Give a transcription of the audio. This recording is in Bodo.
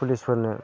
पुलिसफोरनो